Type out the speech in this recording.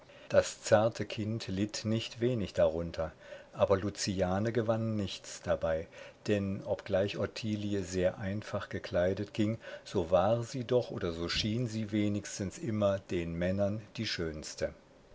das zarte kind litt nicht wenig darunter aber luciane gewann nichts dabei denn obgleich ottilie sehr einfach gekleidet ging so war sie doch oder so schien sie wenigstens immer den männern die schönste